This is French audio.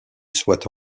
soit